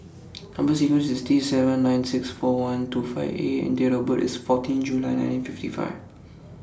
Number sequence IS T seven nine six four one two five A and Date of birth IS fourteenth July nineteen fifty five